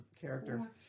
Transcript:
character